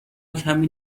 کمی